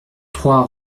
trois